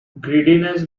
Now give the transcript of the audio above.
greediness